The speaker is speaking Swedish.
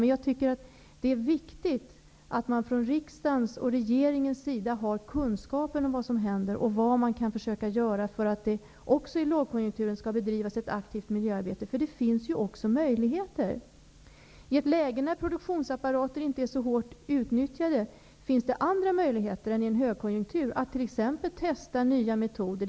Men jag tycker att det är viktigt att man från riksdagens och regeringens sida har kunskapen om vad som händer och om vad man kan försöka göra för att det också i lågkonjunkturen skall bedrivas ett aktivt miljöarbete -- för det finns ju också möjligheter. I ett läge när produktionsapparater inte är så hårt utnyttjade finns det andra möjligheter än i en högkonjunktur att t.ex. testa nya metoder.